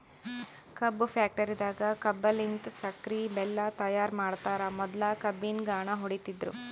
ಕಬ್ಬ್ ಫ್ಯಾಕ್ಟರಿದಾಗ್ ಕಬ್ಬಲಿನ್ತ್ ಸಕ್ಕರಿ ಬೆಲ್ಲಾ ತೈಯಾರ್ ಮಾಡ್ತರ್ ಮೊದ್ಲ ಕಬ್ಬಿನ್ ಘಾಣ ಹೊಡಿತಿದ್ರು